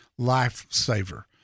lifesaver